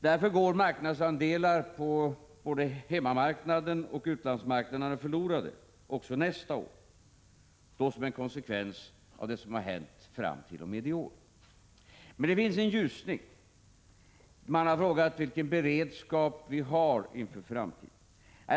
Därför går marknadsandelar både på hemmamarknaden och på utlandsmarknaden förlorade också nästa år såsom en konsekvens av det som har hänt fram t.o.m. i år. Det finns dock en ljusning. Man har frågat vilken beredskap vi har inför framtiden.